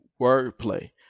wordplay